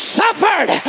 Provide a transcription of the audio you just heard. suffered